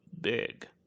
big